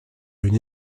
une